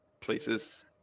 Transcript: places